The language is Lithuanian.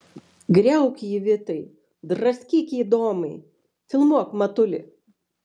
griauk jį vitai draskyk jį domai filmuok matuli